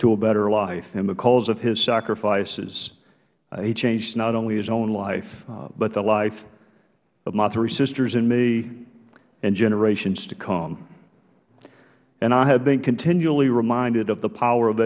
to a better life and because of his sacrifices he changed not only his own life but the life of my three sisters and me and generations to come and i have been continually reminded of the power of